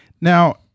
Now